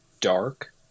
dark